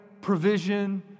provision